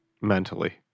mentally